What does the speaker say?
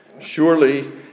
Surely